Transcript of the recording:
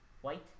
white